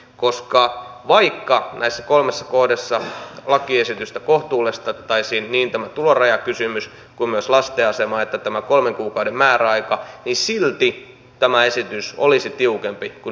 koska vaikka näissä kolmessa kohdassa lakiesitystä kohtuullistettaisiin niin tämä tulorajakysymys kuin myös lasten asema että tämä kolmen kuukauden määräaika niin silti tämä esitys olisi tiukempi kuin nykyinen lainsäädäntö